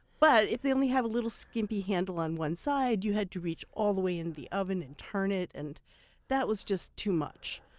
but if they only have a little skimpy handle on one side, you had to reach all the way into and the oven and turn it. and that was just too much.